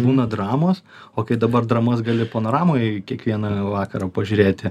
būna dramos o kai dabar dramas gali panoramoj kiekvieną vakarą pažiūrėti